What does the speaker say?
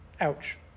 Ouch